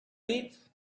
feet